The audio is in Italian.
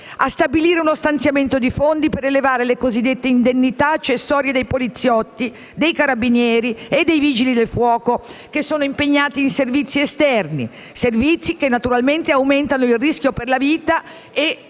a stabilire lo stanziamento dei fondi per rilevare le cosiddette indennità accessorie dei poliziotti, dei carabinieri e dei Vigili del fuoco che sono impegnati in servizi esterni, servizi che naturalmente aumentano il rischio per la vita e